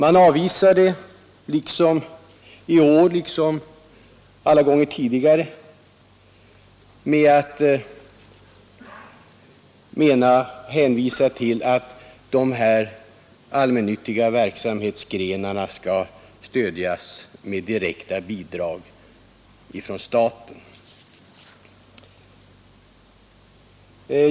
I år liksom tidigare har utskottet avvisat förslaget med att hänvisa till att de allmännyttiga verksamhetsgrenarna skall stödjas med direkta bidrag av staten.